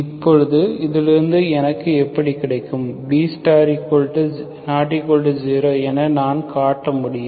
இப்போது இதிலிருந்து எனக்கு எப்படி கிடைக்கும் B≠0 என நான் காட்ட முடியும்